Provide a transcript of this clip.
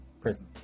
prisons